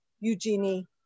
Eugenie